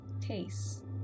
taste